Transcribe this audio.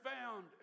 found